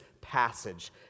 passage